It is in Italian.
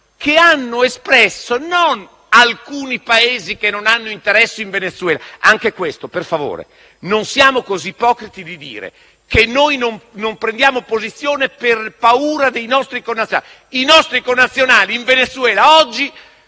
che hanno espresso non alcuni Paesi che non hanno interessi in Venezuela. Anche in questo, per favore, non siamo così ipocriti da dire che noi non prendiamo posizione per paura dei nostri connazionali. I nostri connazionali in Venezuela oggi